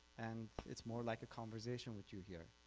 and it's more like a conversation with you here,